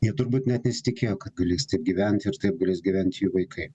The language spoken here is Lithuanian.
jie turbūt net nesitikėjo kad galės taip gyvent ir taip galės gyvent jų vaikai